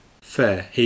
fair